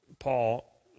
Paul